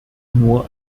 nur